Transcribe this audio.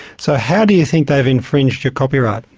so how do you think they've infringed your copyright?